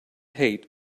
hate